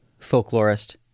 folklorist